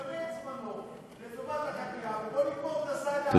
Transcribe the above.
שיפנה את זמנו לטובת החקירה ובוא נגמור את הסאגה הזאת אחת ולתמיד.